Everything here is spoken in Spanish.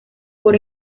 por